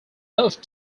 loved